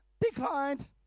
declined